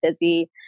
busy